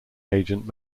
agent